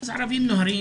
אז ערבים נוהרים,